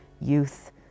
youth